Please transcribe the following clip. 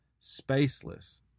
spaceless